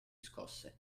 scosse